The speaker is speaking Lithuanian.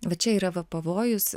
va čia yra va pavojus